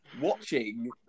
watching